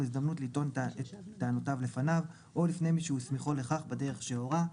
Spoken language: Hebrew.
הזדמנות לטעון את טענותיו לפניו או לפני מי שהסמיכו לכך בדרך שהורה.